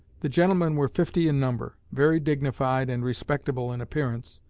the gentlemen were fifty in number, very dignified and respectable in appearance,